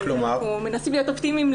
אנחנו מנסים להיות אופטימיים.